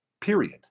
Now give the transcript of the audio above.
period